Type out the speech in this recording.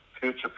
future